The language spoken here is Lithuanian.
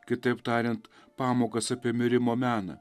kitaip tariant pamokas apie mirimo meną